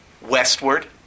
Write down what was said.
westward